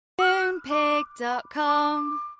Moonpig.com